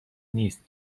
نیست